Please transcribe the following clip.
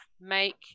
Make